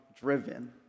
driven